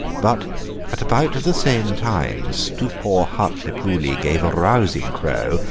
but at about the same time stupor hartlepooli gave a rousing crow,